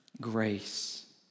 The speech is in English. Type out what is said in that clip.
Grace